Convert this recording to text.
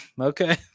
Okay